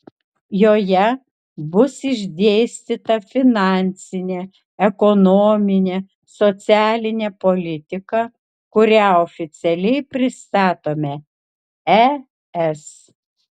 joje bus išdėstyta finansinė ekonominė socialinė politika kurią oficialiai pristatome es